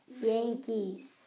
Yankees